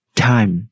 time